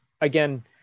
again